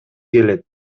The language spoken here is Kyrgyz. келет